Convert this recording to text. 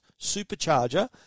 supercharger